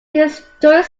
historic